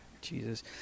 Jesus